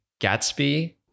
Gatsby